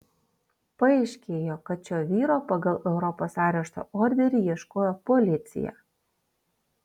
paaiškėjo kad šio vyro pagal europos arešto orderį ieškojo policija